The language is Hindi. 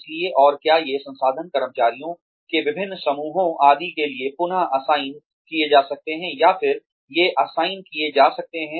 इसलिए और क्या ये संसाधन कर्मचारियों के विभिन्न समूहों आदि के लिए पुन असाइन किए जा सकते हैं या फिर से असाइन किए जा सकते हैं